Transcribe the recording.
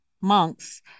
monks